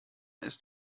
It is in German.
ist